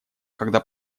когда